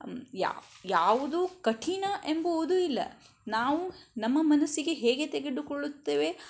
ಯಾವ್ ಯಾವುದು ಕಠಿಣ ಎಂಬುವುದು ಇಲ್ಲ ನಾವು ನಮ್ಮ ಮನಸ್ಸಿಗೆ ಹೇಗೆ ತೆಗೆದುಕೊಳ್ಳುತ್ತೇವೆ